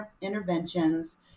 interventions